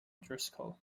driscoll